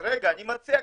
בתחלואה -- מצוין.